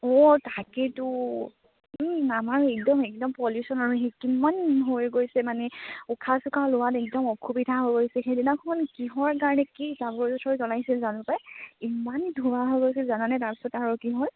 অঁ তাকেইতো আমাৰো একদম একদম পলিউশন আৰু সি কিমান হৈ গৈছে মানে উশাহ চোহাহ লোৱাত একদম অসুবিধা হৈ গৈছে সেইদিনাখন কিহৰ কাৰণে জানো পাই ইমানেই ধোঁৱা হৈ গৈছে জানানে তাৰপিছত আৰু কি হয়